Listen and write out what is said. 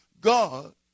God